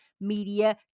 media